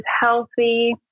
healthy